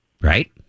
Right